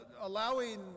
allowing